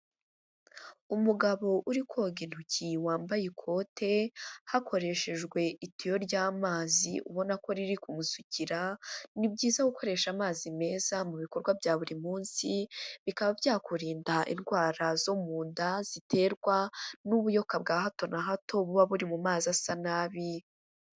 Umugabo uri koga intoki wambaye ikote, hakoreshejwe itiyo ry'amazi ubona ko riri kumusukira, ni byiza gukoresha amazi meza mu bikorwa bya buri munsi, bikaba byakurinda indwara zo mu nda ziterwa n'ubuyoka bwa hato na hato, buba buri mu mazi asa nabi.